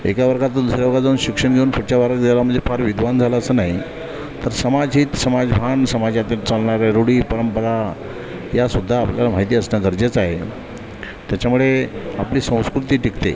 एका वर्गातून दुसऱ्या वर्गात जाऊन शिक्षण घेऊन पुढच्या वर्गात गेला म्हणजे फार विद्वान झाला असं नाही तर समाज हित समाजभान समाजातल्या चालणाऱ्या रूढी परंपरा यासुद्धा आपल्याला माहिती असणं गरजेचं आहे त्याच्यामुळे आपली संस्कृती टिकते